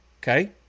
Okay